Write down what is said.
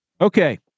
Okay